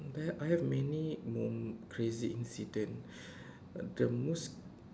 there I have many mom~ crazy incident uh the most